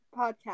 Podcast